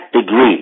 degree